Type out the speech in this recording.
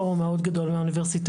פורום מאוד גדול מהאוניברסיטאות,